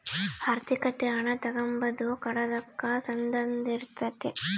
ಆರ್ಥಿಕತೆ ಹಣ ತಗಂಬದು ಕೊಡದಕ್ಕ ಸಂದಂಧಿಸಿರ್ತಾತೆ